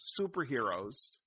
superheroes